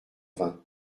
vingt